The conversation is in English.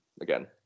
again